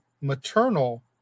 maternal